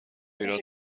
ایراد